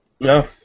No